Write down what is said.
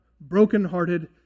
brokenhearted